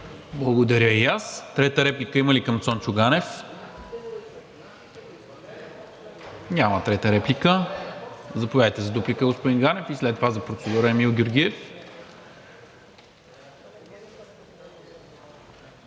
Благодаря и аз. Трета реплика има ли към Цончо Ганев? Няма. Заповядайте за дуплика, господин Ганев, и след това за процедура Емил Георгиев.